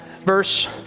verse